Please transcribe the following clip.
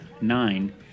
Nine